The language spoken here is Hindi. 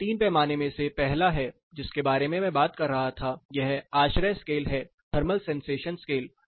यह 3 पैमाने में से पहला है जिसके बारे में मैं बात कर रहा था यह आश्रय स्केल है थर्मल सेंसेशन स्केल